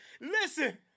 Listen